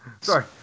Sorry